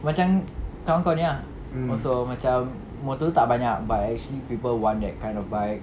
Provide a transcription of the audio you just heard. macam kawan kau ni ah also macam motor tak banyak but actually people want that kind of bike